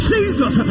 Jesus